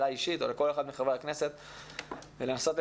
אליי אישית או לכל אחד מחברי הכנסת,